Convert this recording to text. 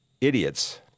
idiots